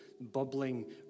bubbling